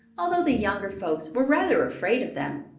although the younger folks were rather afraid of them.